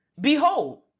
Behold